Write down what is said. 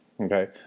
Okay